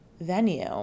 venue